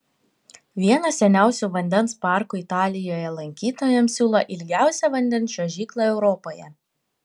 vienas seniausių vandens parkų italijoje lankytojams siūlo ilgiausią vandens čiuožyklą europoje